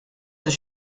does